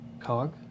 Cog